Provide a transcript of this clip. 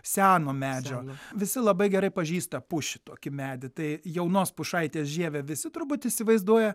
seno medžio visi labai gerai pažįsta pušį tokį medį tai jaunos pušaitės žievę visi turbūt įsivaizduoja